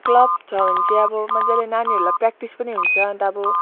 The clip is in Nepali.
क्लब छ भने चाहिँ अब मजाले नानीहरूलाई प्र्याक्टिस पनि हुन्छ अन्त अब